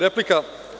Replika.